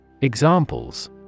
Examples